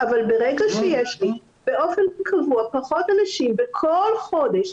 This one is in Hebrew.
אבל ברגע שיש לי באופן קבוע פחות אנשים בכל חודש,